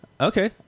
Okay